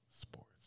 Sports